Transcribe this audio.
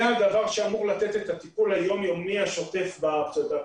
זה הדבר שאמור לתת את הטיפול היום-יומי השוטף בפסולת.